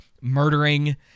murdering